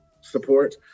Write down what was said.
support